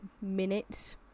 minutes